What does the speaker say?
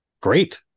great